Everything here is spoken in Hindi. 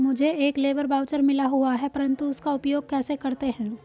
मुझे एक लेबर वाउचर मिला हुआ है परंतु उसका उपयोग कैसे करते हैं?